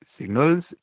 signals